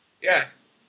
Yes